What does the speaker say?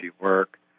work